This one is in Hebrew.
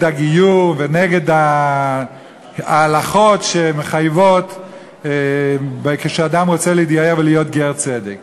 הגיור ונגד ההלכות שמתחייבות כשאדם רוצה להתגייר ולהיות גר-צדק.